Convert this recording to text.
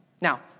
Now